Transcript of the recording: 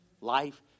Life